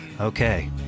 okay